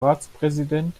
ratspräsident